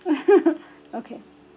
okay